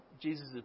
Jesus